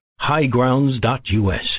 Highgrounds.us